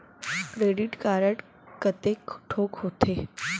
Credit card कतेक ठोक होथे?